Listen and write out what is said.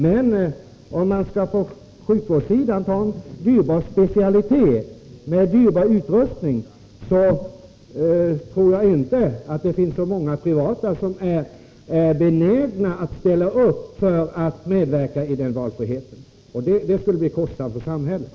Men om man på sjukvårdssidan skall satsa på en dyrbar specialitet med dyrbar utrustning, tror jag inte att det finns så många privata som är benägna att ställa upp för att medverka i den valfriheten. Och det skulle bli kostsamt för samhället.